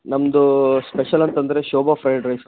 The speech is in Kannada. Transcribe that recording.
ನಮ್ಮದೂ ಸ್ಪೆಷಲ್ ಅಂತ ಅಂದ್ರೆ ಶೋಭಾ ಫ್ರೈಡ್ ರೈಸ್ ಅಂತ